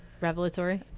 revelatory